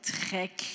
très